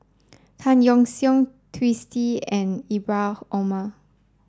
Tan Yeok Seong Twisstii and Ibrahim Omar